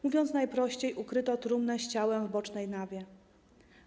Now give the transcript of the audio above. Mówiąc najprościej, ukryto trumnę z ciałem w bocznej nawie.